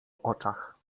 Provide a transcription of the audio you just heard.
oczach